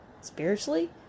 spiritually